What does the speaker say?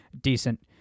decent